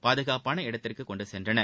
பாதுகாப்பான இடத்திற்கு கொண்டு சென்றனர்